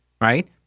right